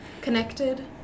connected